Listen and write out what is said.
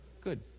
Good